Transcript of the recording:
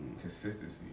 Consistency